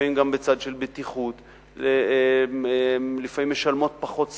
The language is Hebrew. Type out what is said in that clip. לפעמים בצד של בטיחות, לפעמים משלמות פחות שכר,